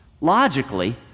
logically